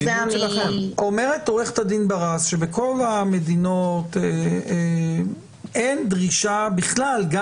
אומרת עורכת הדין ברס שבכל המדינות בכלל אין דרישה גם